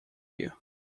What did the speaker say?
you